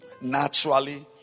Naturally